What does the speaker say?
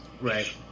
Right